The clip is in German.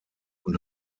und